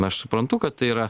aš suprantu kad tai yra